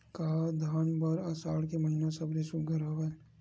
का धान बर आषाढ़ के महिना सबले सुघ्घर हवय?